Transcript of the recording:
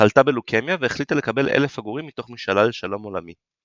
חלתה בלוקמיה והחליטה לקפל אלף עגורים מתוך משאלה לשלום עולמי.